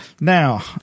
Now